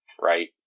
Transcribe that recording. right